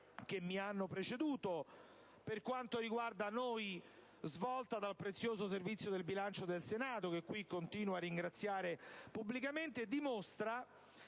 che mi hanno preceduto, svolta per quanto ci riguarda dal prezioso Servizio del bilancio del Senato, che continuo a ringraziare pubblicamente, dimostra